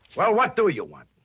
well, what do you want?